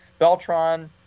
Beltron